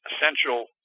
essential